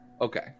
Okay